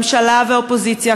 ממשלה ואופוזיציה,